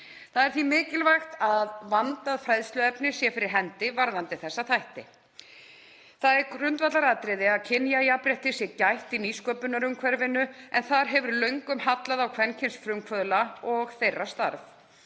Það er því mikilvægt að vandað fræðsluefni sé fyrir hendi varðandi þessa þætti. Það er grundvallaratriði að kynjajafnréttis sé gætt í nýsköpunarumhverfinu en þar hefur löngum hallað á kvenkynsfrumkvöðla og þeirra starf.